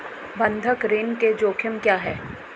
बंधक ऋण के जोखिम क्या हैं?